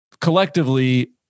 collectively